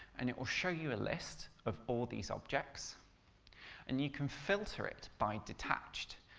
and it will show you a list of all these objects and you can filter it by detached,